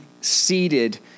seated